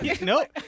Nope